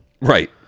Right